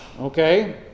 Okay